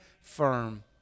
firm